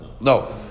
No